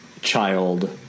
child